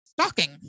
stalking